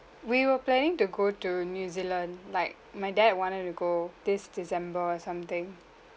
we were planning to go to new zealand like my dad wanted to go this december or something